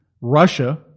Russia